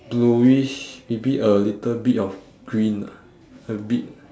bluish maybe a little bit of green ah a bit